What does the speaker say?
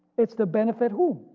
it's the benefit who?